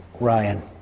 Ryan